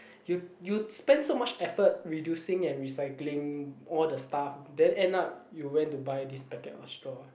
you you spend so much effort reducing and recycling all the stuff then end up you went to buy this packet of straw